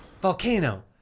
Volcano